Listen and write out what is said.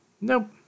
Nope